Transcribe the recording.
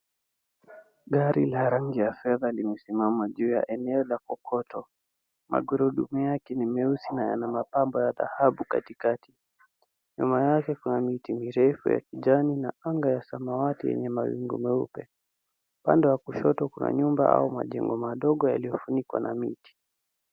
Gari la rangi ya fedha limesimama juu ya eneo la kokoto. Magurudumu yake ni meusi na yana mapambo ya dhahabu katikati. Nyuma yake kuna miti mirefu ya kijani na anga ya samawati yenye mawingu meupe. Upande wa kushoto kuna nyumba au majengo madogo yaliyofunikwa na miti.